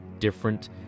different